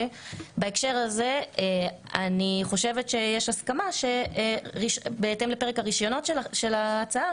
בהקשר הזה אני חושבת שיש הסכמה שבהתאם לפרק הרישיונות של ההצעה